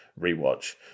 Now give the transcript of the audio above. rewatch